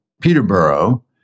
Peterborough